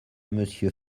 monsieur